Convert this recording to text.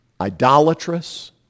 idolatrous